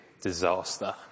disaster